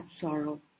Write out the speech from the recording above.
sorrow